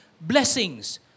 blessings